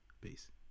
Peace